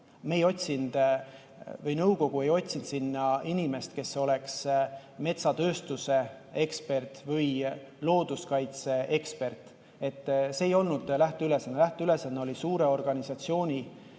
Me ei otsinud või nõukogu ei otsinud sinna inimest, kes oleks metsatööstuse ekspert või looduskaitse ekspert. See ei olnud lähteülesanne. Lähteülesanne oli leida suurele organisatsioonile